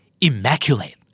Immaculate